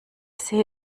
see